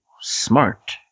Smart